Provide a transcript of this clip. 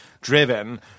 driven